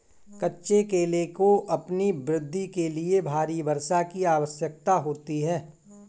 कच्चे केले को अपनी वृद्धि के लिए भारी वर्षा की आवश्यकता होती है